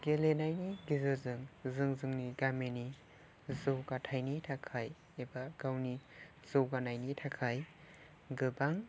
गेलेनायनि गेजेरजों जों जोंनि गामिनि जौगाथाइनि थाखाय एबा गावनि जौगानायनि थाखाय गोबां